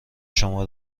شما